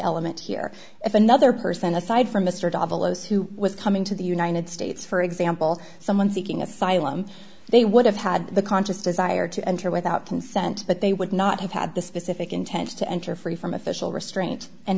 element here if another person aside from mr davalos who was coming to the united states for example someone seeking asylum they would have had the conscious desire to enter without consent but they would not have had the specific intent to enter free from official restraint and